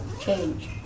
change